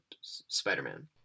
Spider-Man